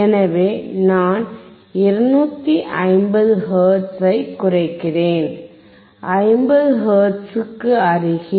எனவே நான் 250ஹெர்ட்ஸ் ஐக் குறைக்கிறேன் 50 ஹெர்ட்ஸுக்கு அருகில்